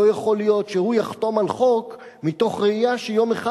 לא יכול להיות שהוא יחתום על חוק מתוך ראייה שיום אחד